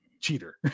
cheater